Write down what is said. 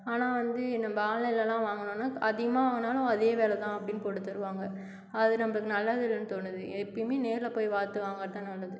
ஆனால் வந்து இந்த ஆன்லைனில் எலலாம் வாங்கினோன்னா அதிக வாங்கினாலும் அதே விலைதான் அப்படின்னு போட்டு தருவாங்க அது நம்மளுக்கு நல்லது இல்லைன்னு தோணுது எப்பவுமே நேரில் போய் பார்த்து வாங்கிறது தான் நல்லது